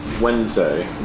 Wednesday